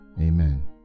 Amen